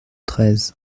treize